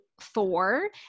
four